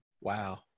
Wow